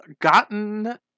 gotten